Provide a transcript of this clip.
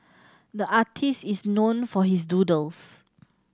the artist is known for his doodles